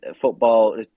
football